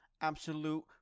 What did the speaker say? absolute